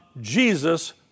Jesus